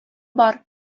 бар